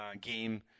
game